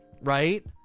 right